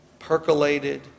Percolated